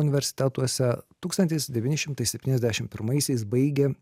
universitetuose tūkstantis devyni šimtai septyniasdešim pirmaisiais baigė